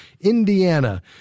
Indiana